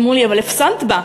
אנשים אמרו לי: אבל הפסדת בה,